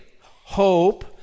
hope